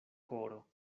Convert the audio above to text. koro